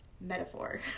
metaphor